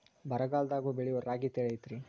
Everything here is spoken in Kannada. ಬರಗಾಲದಾಗೂ ಬೆಳಿಯೋ ರಾಗಿ ತಳಿ ಐತ್ರಿ?